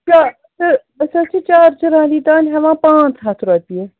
بہٕ چھَسہٕ چار چِناری تام پانٛژھ ہَتھ رۄپیہِ